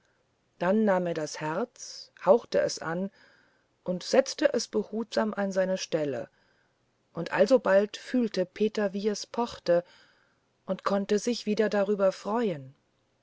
dann nahm er das herz hauchte es an und setzte es behutsam an seine stelle und alsobald fühlte peter wie es pochte und er konnte sich wieder darüber freuen